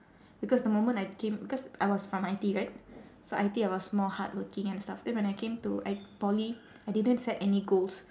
because the moment I came because I was from I_T_E right so I_T_E I was more hardworking and stuff then when I came to I~ poly I didn't set any goals